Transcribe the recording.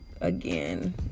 again